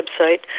website